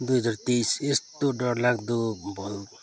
दुई हजार तेइस यस्तो डरलाग्दो भल